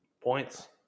points